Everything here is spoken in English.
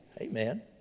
Amen